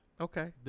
Okay